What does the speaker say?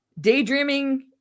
Daydreaming